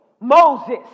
Moses